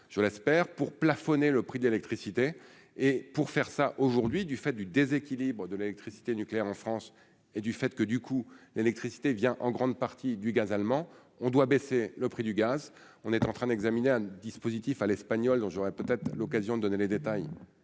je l'espère pour plafonner le prix de l'électricité et pour faire ça, aujourd'hui, du fait du déséquilibre de l'électricité nucléaire en France et du fait que, du coup, l'électricité vient en grande partie du gaz allemands on doit baisser le prix du gaz, on est en train d'examiner un dispositif à l'espagnol dont j'aurais peut-être l'occasion de donner les détails